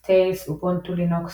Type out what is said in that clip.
GNU/לינוקס, Tails, אובונטו לינוקס,